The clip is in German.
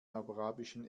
arabischen